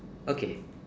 okay